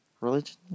religion